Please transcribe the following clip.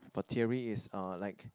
for theory is uh like